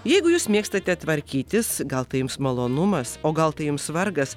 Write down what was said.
jeigu jūs mėgstate tvarkytis gal tai jums malonumas o gal tai jums vargas